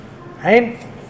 right